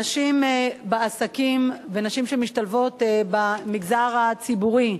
נשים בעסקים ונשים שמשתלבות במגזר הציבורי,